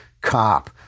cop